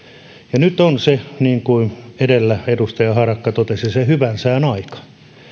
nyt on niin kuin edellä edustaja harakka totesi se hyvän sään aika